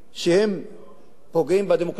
שפוגעים בדמוקרטיה.